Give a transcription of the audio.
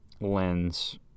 lens